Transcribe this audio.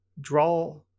draw